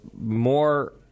more